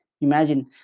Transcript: imagine